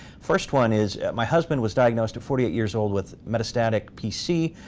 first one is my husband was diagnosed at forty eight years old with metastatic pc.